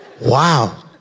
Wow